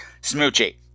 Smoochie